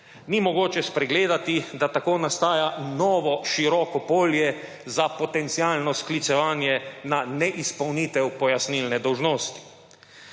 Ni mogoče spregledati, da tako nastaja novo široko polje za potencialno sklicevanje na neizpolnitev pojasnilne dolžnosti.